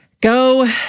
Go